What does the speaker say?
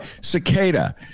Cicada